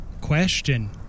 question